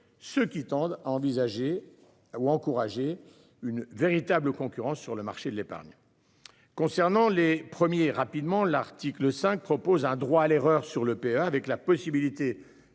ceux qui tendent envisager ou encourager une véritable concurrence sur le marché de l'épargne. Concernant les premiers rapidement l'article 5 propose un droit à l'erreur sur l'EPA, avec la possibilité.